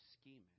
scheming